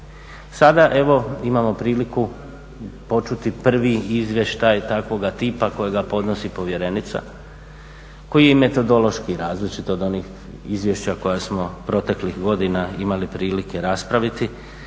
Sada evo imamo priliku počuti prvi izvještaj takvoga tipa kojega podnosi povjerenica koji je metodološki različit od onih izvješća koja smo proteklih godina imali prilike raspraviti.